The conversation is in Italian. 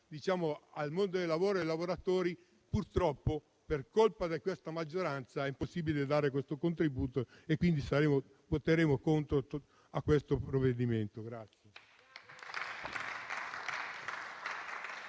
al mondo del lavoro e ai lavoratori. Purtroppo, per colpa della maggioranza, è impossibile dare questo contributo e quindi voteremo contro il provvedimento in